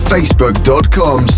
Facebook.com